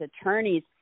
attorneys